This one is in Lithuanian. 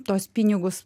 tuos pinigus